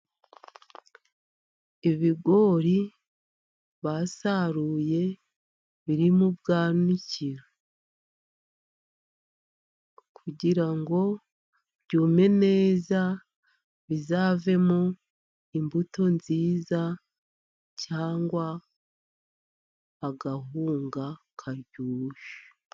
Ibigori basaruye biri mu bwanikiro kugira ngo byume neza, bizavemo imbuto nziza cyangwa akawunga karyoshye.